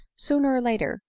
sooner or later,